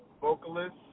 vocalists